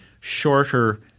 shorter